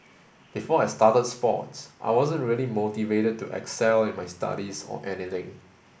before I started sports I wasn't really motivated to excel in my studies or anything